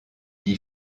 dit